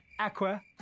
Aqua